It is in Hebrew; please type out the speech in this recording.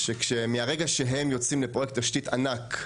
שמהרגע שהם יוצאים לפרויקט תשתית ענק,